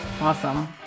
Awesome